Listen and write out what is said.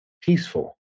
peaceful